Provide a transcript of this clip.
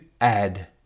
add